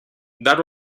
that